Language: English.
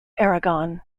aragon